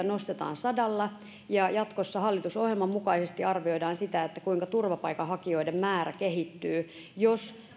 nostetaan sadalla ja jatkossa hallitusohjelman mukaisesti arvioidaan sitä kuinka turvapaikanhakijoiden määrä kehittyy jos